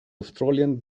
australian